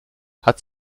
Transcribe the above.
hat